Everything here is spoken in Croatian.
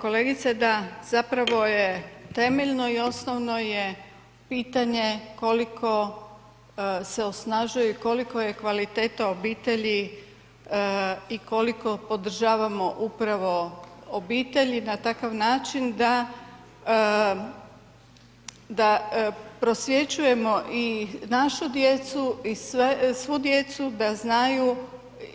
Kolegice da, zapravo je temeljno i osnovno je pitanje koliko se osnažuje i koliko je kvaliteta obitelji i koliko podržavamo upravo obitelji na takav način da, da prosvjećujemo i našu djecu i svu djecu da znaju